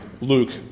Luke